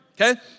okay